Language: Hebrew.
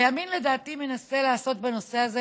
הימין לדעתי מנסה לעשות בנושא הזה,